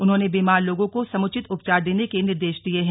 उन्होंने बीमार लोगों का समुचित उपचार देने के निर्देश दिये हैं